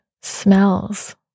smells